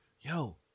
yo